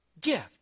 gift